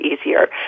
easier